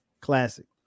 classic